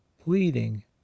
pleading